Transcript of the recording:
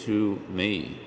to me